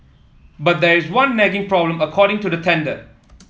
but there is one nagging problem according to the tender